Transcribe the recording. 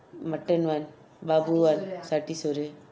mutton one bubble one satiswari